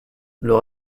leur